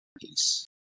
Peace